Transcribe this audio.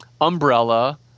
umbrella